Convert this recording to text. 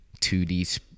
2D